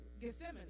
Gethsemane